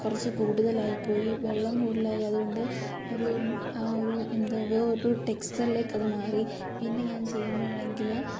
കുറച്ച് കൂടുതലായിപ്പോയി വെള്ളം കൂടുതലായി അതുകൊണ്ട് ഒരു ആ ഒരു എന്തവോ ഒരു ടെക്സ്ചറിലേക്കത് മാറി പിന്നെ ഞാൻ ചെയ്യുമ്പോഴാണെങ്കിൽ